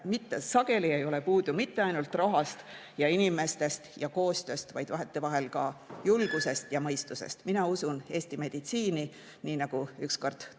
Sageli ei ole puudu mitte ainult rahast ja inimestest ja koostööst, vaid vahetevahel ka julgusest ja mõistusest. Mina usun Eesti meditsiini, nii nagu ükskord